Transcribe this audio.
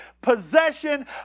possession